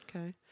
Okay